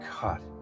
God